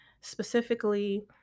specifically